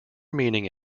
meaning